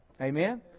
Amen